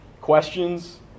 questions